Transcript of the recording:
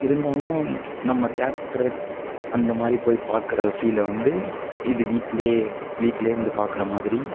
இருந்தாலும் நம்ம தியேட்டர் அந்த மாதிரி போய் பாக்கிற ஃபீலை வந்து இது வீட்டுலயே வீட்டுலயே இருந்து பாக்கிற மாதிரி